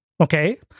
Okay